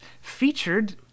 featured